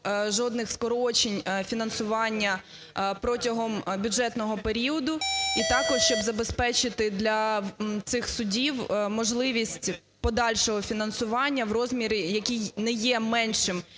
жодних скорочень фінансування протягом бюджетного періоду і також щоб забезпечити для цих судів можливість подальшого фінансування в розмірі, який не є меншим,